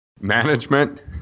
Management